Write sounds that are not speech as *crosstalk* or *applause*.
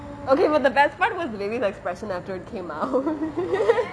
okay but the best part was the baby's expression after it came out *laughs*